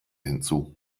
hinzu